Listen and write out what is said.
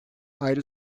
ayrı